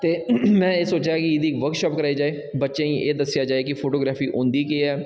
ते में एह् सोचेआ की एह्दी वर्कशाप कराई जाए बच्चें गी एह् दस्सेआ जाए कि फोटोग्राफी होंदी केह् ऐ